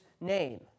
name